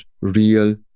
real